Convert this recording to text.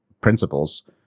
principles